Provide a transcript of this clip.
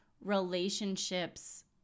relationships